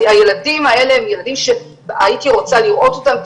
הילדים האלה הם ילדים שהייתי רוצה לראות אותם,